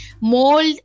mold